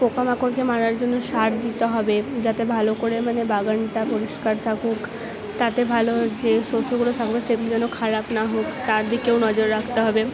পোকা মাকড়কে মারার জন্য সার দিতে হবে যাতে ভালো করে মানে বাগানটা পরিষ্কার থাকুক তাতে ভালো যে শস্যগুলো থাকবে সেগুলো যেন খারাপ না হোক তার দিকেও নজর রাখতে হবে